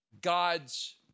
God's